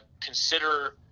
consider